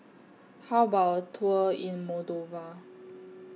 How about A Tour in Moldova